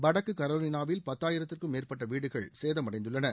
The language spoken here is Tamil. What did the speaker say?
வடக்கு கரோலினாவில் பத்தாயிரத்திற்கும் மேற்பட்ட வீடுகள் சேதமடைந்துள்ளன